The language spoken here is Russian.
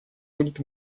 будет